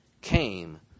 came